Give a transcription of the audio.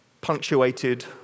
punctuated